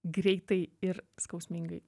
greitai ir skausmingai